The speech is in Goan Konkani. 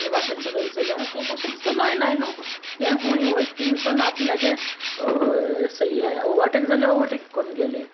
हे बाशेन चोलोयले जाल्यार हे बाशेन चोलोयना न्हू ते खूंय वोयता थिंगांसुना आपल्यागे हें ओवरटेक जाल्या ओवरटेक कोन्न गेले